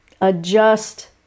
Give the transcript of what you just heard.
adjust